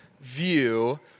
view